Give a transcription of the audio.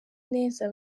neza